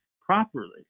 properly